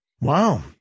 Wow